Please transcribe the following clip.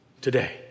today